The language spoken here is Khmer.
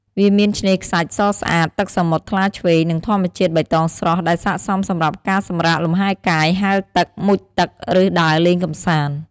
វាមានឆ្នេរខ្សាច់សស្អាត ទឹកសមុទ្រថ្លាឈ្វេង និងធម្មជាតិបៃតងស្រស់ ដែលស័ក្តិសមសម្រាប់ការសម្រាកលម្ហែកាយ ហែលទឹក មុជទឹក ឬដើរលេងកម្សាន្ត។